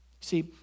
See